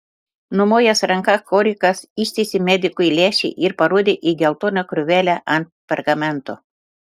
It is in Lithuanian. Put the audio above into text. numojęs ranka korikas ištiesė medikui lęšį ir parodė į geltoną krūvelę ant pergamento